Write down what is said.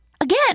Again